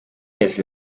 hejuru